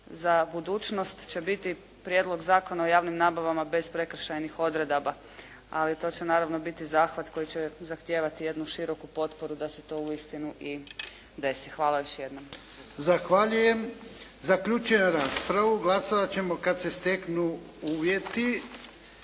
za budućnost će biti Prijedlog zakona o javnim nabavama bez prekršajnih odredaba, ali to će naravno biti zahvat koji će zahtijevati jednu široku potporu da se to uistinu i desi. Hvala još jednom. **Jarnjak, Ivan (HDZ)** Zahvaljujem. Zaključujem